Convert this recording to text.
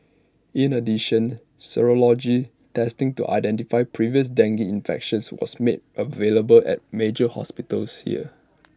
in addition serology testing to identify previous dengue infections was made available at major hospitals here